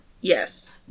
Yes